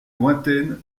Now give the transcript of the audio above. lointaine